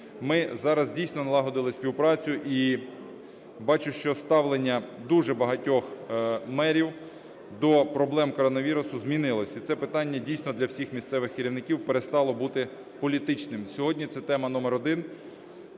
Ми зараз, дійсно, налагодили співпрацю, і бачу, що ставлення дуже багатьох мерів до проблем коронавірусу змінилось. І це питання дійсно для всіх місцевих керівників перестало бути політичним. Сьогодні – це тема номер один.